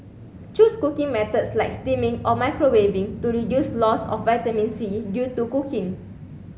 choose cooking methods like steaming or microwaving to reduce loss of vitamin C due to cooking